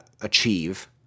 achieve